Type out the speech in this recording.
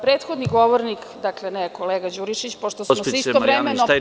Prethodni govornik, dakle, ne kolega Đurišić, pošto smo se istovremeno…